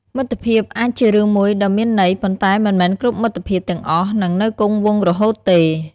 មិត្តភាពអាចជារឿងមួយដ៏មានន័យ ប៉ុន្តែមិនមែនគ្រប់មិត្តភាពទាំងអស់នឹងនៅគង់វង្សរហូតទេ។